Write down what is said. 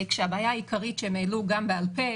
כשהבעיה העיקרית שהם העלו גם בעל פה,